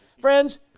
Friends